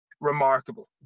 remarkable